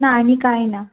ना आनी काय ना